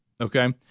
Okay